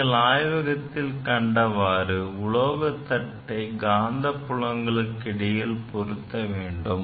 நீங்கள் ஆய்வகத்தில் கண்டவாறு உலோக தட்டை காந்த புலங்களுக்கு இடையில் பொருத்தவேண்டும்